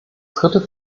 dritte